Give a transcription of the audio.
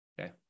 Okay